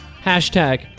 hashtag